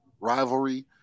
rivalry